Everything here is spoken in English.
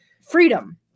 freedom